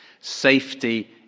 Safety